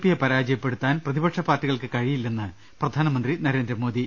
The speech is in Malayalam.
പിയെ പരാജയപ്പെടുത്താൻ പ്രതി പക്ഷ പാർട്ടികൾക്ക് കഴിയില്ലെന്ന് പ്രധാനമന്ത്രി നരേന്ദ്രമോദി